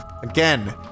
Again